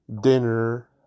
dinner